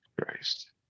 Christ